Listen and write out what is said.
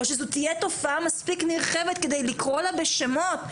או שזו תהיה תופעה מספיק נרחבת כדי לקרוא לה בשמות,